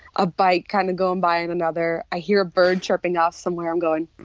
a bike kind of going by on another, i hear a bird chirping off somewhere i'm going,